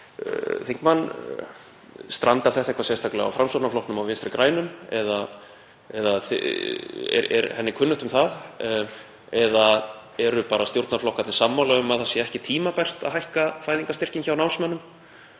þingmann: Strandar þetta eitthvað sérstaklega á Framsóknarflokknum og Vinstri grænum, er henni kunnugt um það? Eða eru stjórnarflokkarnir sammála um að það sé ekki tímabært að hækka fæðingarstyrki hjá námsmönnum?